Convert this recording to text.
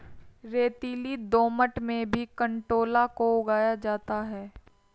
रेतीली दोमट में भी कंटोला को उगाया जाता है